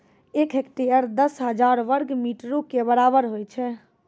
एक हेक्टेयर, दस हजार वर्ग मीटरो के बराबर होय छै